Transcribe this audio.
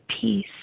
peace